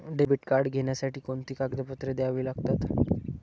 Debit card घेण्यासाठी कोणती कागदपत्रे द्यावी लागतात?